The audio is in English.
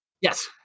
Yes